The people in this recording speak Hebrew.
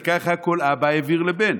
וככה כל אבא העביר לבן.